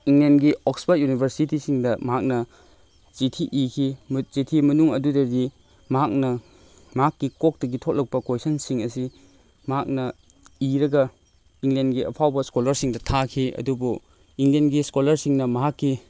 ꯏꯪꯂꯦꯟꯒꯤ Oxford ꯌꯨꯅꯤꯚꯔꯁꯤꯇꯤꯁꯤꯡꯗ ꯃꯍꯥꯛꯅ ꯆꯤꯊꯤ ꯏꯈꯤ ꯆꯤꯊꯤ ꯃꯅꯨꯡ ꯑꯗꯨꯗꯗꯤ ꯃꯍꯥꯛꯅ ꯃꯍꯥꯛꯀꯤ ꯀꯣꯛꯇꯒꯤ ꯊꯣꯂꯛꯄ ꯀꯣꯏꯁꯟꯁꯤꯡ ꯑꯁꯤ ꯃꯍꯥꯛꯅ ꯏꯔꯒ ꯏꯪꯂꯦꯟꯒꯤ ꯑꯐꯥꯎꯕ ꯁ꯭ꯀꯣꯂꯔꯁꯤꯡꯗ ꯊꯥꯈꯤ ꯑꯗꯨꯕꯨ ꯏꯪꯂꯦꯟꯒꯤ ꯁ꯭ꯀꯣꯂꯔꯁꯤꯡꯅ ꯃꯍꯥꯛꯀꯤ